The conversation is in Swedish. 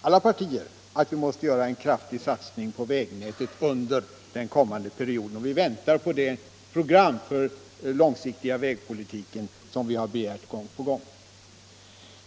alla partier att vi måste göra en kraftig satsning på vägnätet under den kommande perioden, och vi väntar på det program för den långsiktiga vägpolitiken som vi har begärt gång på gång.